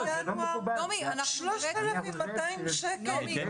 3,200 שקל.